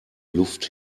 luft